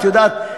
את יודעת,